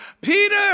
Peter